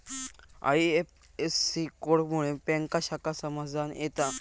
IFSC code मुळे bank शाखा समजान येता